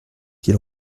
qu’il